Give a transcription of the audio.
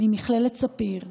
ממכללת ספיר,